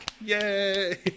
Yay